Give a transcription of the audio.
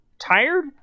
tired